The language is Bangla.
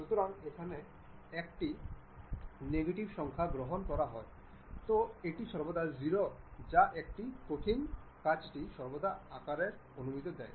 সুতরাং এখানে এটি একটি নেগেটিভ সংখ্যা গ্রহণ করা হয় সুতরাং এটি সর্বদা 0 যা এই কঠিন কাজটি সর্বাধিক আকারের অনুমতি দেয়